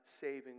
saving